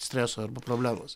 streso arba problemos